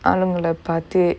ஆளுங்கள பாத்து:aalungala paathu